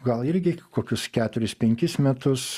gal irgi kokius keturis penkis metus